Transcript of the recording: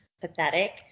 pathetic